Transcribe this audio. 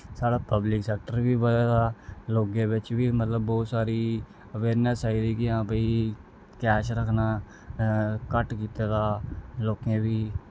साढ़ा public sector बी बधे दा लोकें बिच्च बी मतलब बौह्त सारी अवेयरनेस आई गेदी कि हां भाई कैश रक्खना घट्ट कीते दा लोकें बी